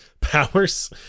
powers